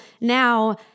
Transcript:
now